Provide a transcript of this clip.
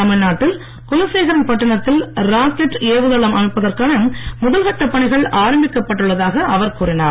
தமிழ்நாட்டில் குலசேகரன்பட்டினத்தில் ராக்கெட் ஏவுதளம் அமைப்பதற்கான முதல்கட்டப் பணிகள் ஆரம்பிக்கப் பட்டுள்ளதாக அவர் கூறினார்